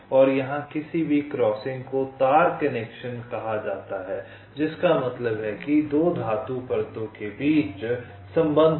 और यहाँ किसी भी क्रॉसिंग को तार कनेक्शन कहा जाता है जिसका मतलब है कि 2 धातु परतों के बीच संबंध है